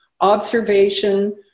observation